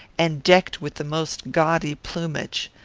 and decked with the most gaudy plumage.